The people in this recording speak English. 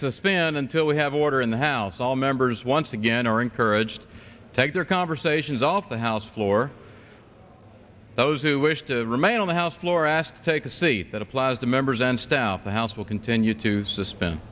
the spin until we have order in the house all members once again are encouraged to take their conversations off the house floor those who wish to remain on the house floor asked take a seat that applies to members and staff the house will continue to suspend